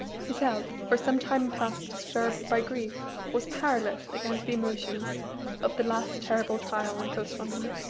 his health, for some time past disturbed by grief, was powerless against the emotions of the last terrible trial imposed on him.